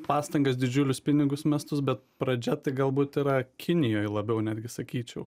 pastangas didžiulius pinigus mestus bet pradžia galbūt yra kinijoj labiau netgi sakyčiau